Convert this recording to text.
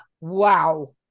Wow